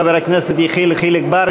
חבר הכנסת יחיאל חיליק בר,